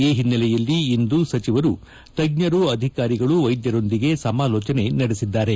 ಈ ಹಿನ್ನೆಲೆಯಲ್ಲಿ ಇಂದು ಸಚಿವರು ತಜ್ಞರು ಅಧಿಕಾರಿಗಳು ವೈದ್ಯರೊಂದಿಗೆ ಸಮಾಲೋಜನೆ ನಡೆಸಿದ್ದಾರೆ